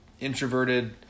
introverted